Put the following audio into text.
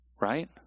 right